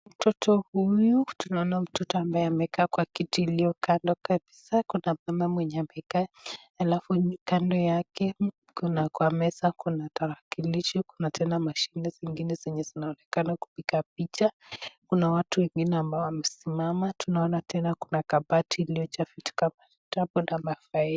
Mtoto huyu tunaoana mtoto ambaye amekaa kwa kiti iliyo kando kabisa . Kuna mama mwenye amekaa alafu kando yake kuna kwa meza kuna tarakilishi kuna tena mashine zingine zenye zinaonekana kupiga picha . Kuna watu wengine ambao wamesimama. Tunaona tena kuna kabati iliyojaa vitu kama vitabi na mafaili.